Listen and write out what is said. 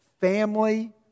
family